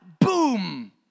boom